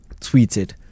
tweeted